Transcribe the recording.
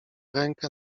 rękę